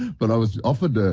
but i was offered, ah